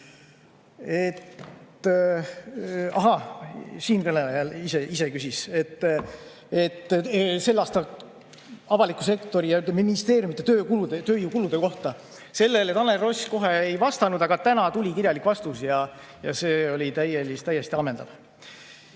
… Ahaa! Siinkõneleja ise küsis sel aastal avaliku sektori ja ministeeriumide tööjõukulude kohta. Sellele Tanel Ross kohe ei vastanud, aga täna tuli kirjalik vastus ja see oli täiesti ammendav. Ja